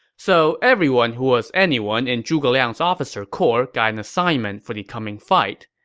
so everyone who was anyone in zhuge liang's officer corps got an assignment for the coming fight.